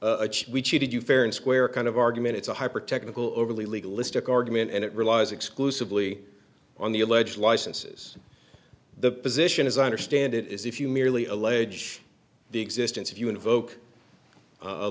cheated you fair and square kind of argument it's a hyper technical overly legal list argument and it relies exclusively on the alleged licenses the position as i understand it is if you merely allege the existence if you invoke a